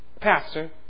pastor